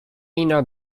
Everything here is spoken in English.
inner